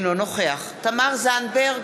אינו נוכח תמר זנדברג,